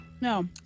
No